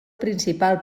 principal